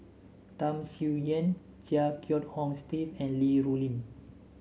Tham Sien Yen Chia Kiah Hong Steve and Li Rulin